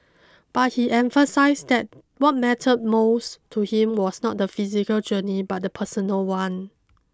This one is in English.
but he emphasised that what mattered most to him was not the physical journey but the personal one